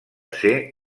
ser